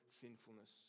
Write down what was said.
sinfulness